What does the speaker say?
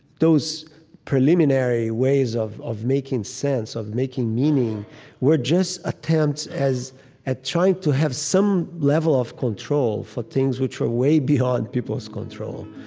those preliminary ways of of making sense, of making meaning were just attempts at trying to have some level of control for things which were way beyond people's control.